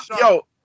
Yo